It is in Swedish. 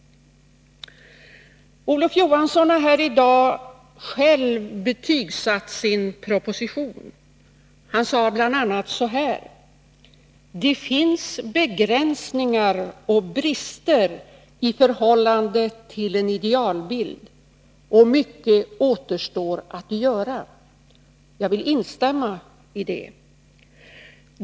Olof Johansson har här i dag själv betygsatt sin proposition. Han sade bl.a. så här: Det finns begränsningar och brister i förhållande till en idealbild, och mycket återstår att göra. Jag vill instämma i det.